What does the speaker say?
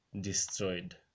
destroyed